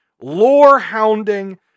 lore-hounding